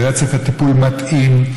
ברצף טיפול מתאים,